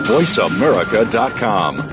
Voiceamerica.com